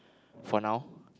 for now